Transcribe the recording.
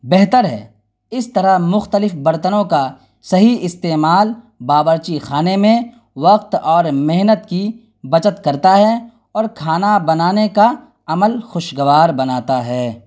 بہتر ہے اس طرح مختلف برتنوں کا صحیح استعمال باورچی خانے میں وقت اور محنت کی بچت کرتا ہے اور کھانا بنانے کا عمل خوشگوار بناتا ہے